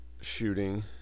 shooting